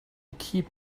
keep